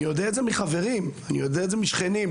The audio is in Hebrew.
אני יודע מחברים ומשכנים,